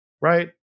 right